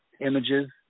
images